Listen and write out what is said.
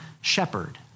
shepherd